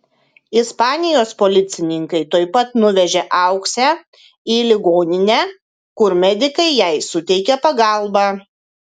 ispanijos policininkai tuoj pat nuvežė auksę į ligoninę kur medikai jai suteikė pagalbą